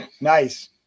Nice